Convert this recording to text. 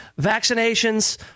vaccinations